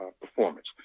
performance